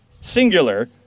singular